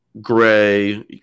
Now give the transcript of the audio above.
Gray